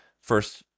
first